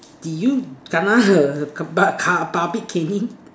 did you kena err car pu~ public caning